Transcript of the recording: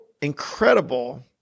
incredible